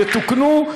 יתוקנו,